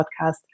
podcast